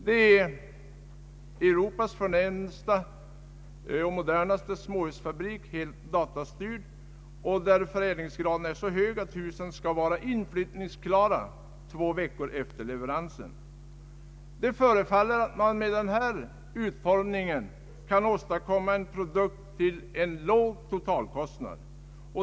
Det är Europas förnämsta och modernaste småhusfabrik, helt datastyrd, där förädlingsgraden är så hög att husen skall vara inflyttningsklara två veckor efter leveransen. Det förefaller som om man med detta system har möjlighet att åstadkomma en produkt till en låg totalkostnad.